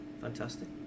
Fantastic